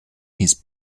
his